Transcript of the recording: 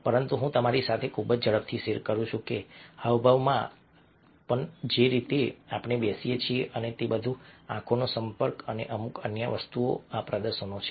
પરંતુ હું તમારી સાથે ખૂબ જ ઝડપથી શેર કરું છું કે હાવભાવમાં પણ અને જે રીતે આપણે બેસીએ છીએ અને તે બધું આંખનો સંપર્ક અને કેટલીક અન્ય વસ્તુઓ આ પ્રદર્શનો છે